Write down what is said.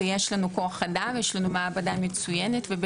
יש לנו כוח אדם ויש לנו מעבדה מצוינת ויש